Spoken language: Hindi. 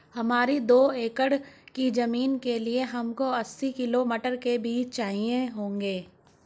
हमारी दो एकड़ की जमीन के लिए हमको अस्सी किलो मटर के बीज चाहिए होंगे